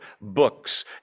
books